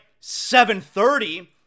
7.30